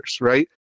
right